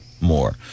more